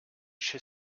chez